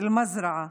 אל-מזרעה,